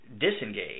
disengage